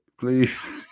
Please